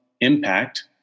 impact